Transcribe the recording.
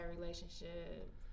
relationship